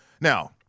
Now